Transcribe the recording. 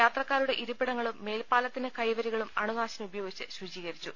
യാത്രക്കാരുടെ ഇരിപ്പിട ങ്ങളും മേൽപ്പാലത്തിന്റെ കൈവരികളും അണുനാശിനി ഉപ യോഗിച്ച് ശുചീകരിച്ചു